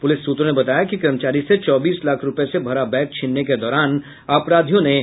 police सूत्रों ने बताया कि कर्मचारी से चौबीस लाख रूपये से भरा बैग छिनने के दौरान अपराधियों ने गोली चला दी